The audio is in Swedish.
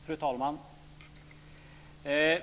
Fru talman!